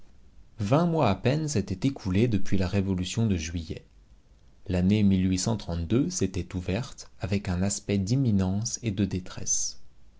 vingt mois à peine s'étaient écoulés depuis la révolution de juillet l'année s'était ouverte avec un aspect d'imminence et de détresse